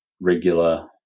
regular